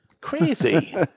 Crazy